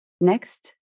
Next